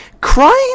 Crying